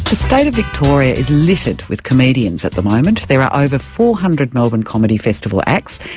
state of victoria is littered with comedians at the moment. there are over four hundred melbourne comedy festival acts,